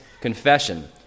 Confession